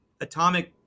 atomic